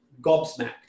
gobsmacked